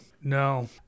No